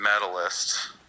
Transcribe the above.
Medalist